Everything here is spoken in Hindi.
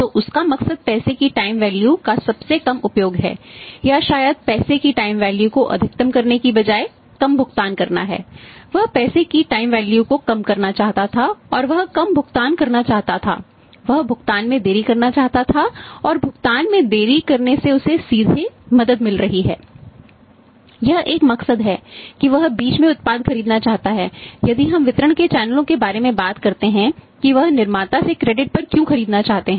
तो उसका मकसद पैसे की टाइम वैल्यू पर क्यों खरीदना चाहते हैं